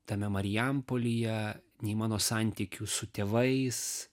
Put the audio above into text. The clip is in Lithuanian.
tame marijampolyje nei mano santykių su tėvais